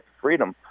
freedom